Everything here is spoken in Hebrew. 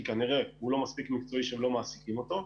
כי כנראה הוא לא מספיק מקצועי שלא מעסיקים אותו,